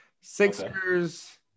Sixers